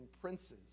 princes